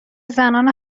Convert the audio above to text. زنان